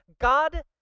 God